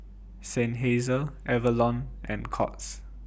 Seinheiser Avalon and Courts